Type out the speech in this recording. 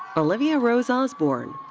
olivia rose osborn.